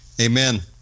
Amen